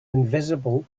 invisible